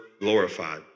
glorified